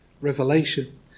Revelation